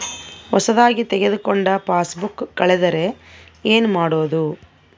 ಹೊಸದಾಗಿ ತೆಗೆದುಕೊಂಡ ಪಾಸ್ಬುಕ್ ಕಳೆದರೆ ಏನು ಮಾಡೋದು?